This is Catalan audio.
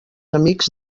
amics